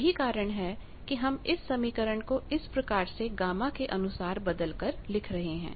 यही कारण है कि हम इस समीकरण को इस प्रकार से गामा के अनुसार बदल कर लिख रहे हैं